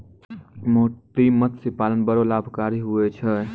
मोती मतस्य पालन बड़ो लाभकारी हुवै छै